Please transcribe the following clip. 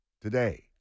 today